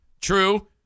true